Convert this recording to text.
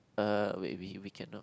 uh wait we we cannot